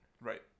Right